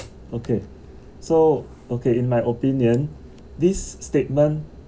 okay so okay in my opinion this statement